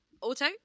Auto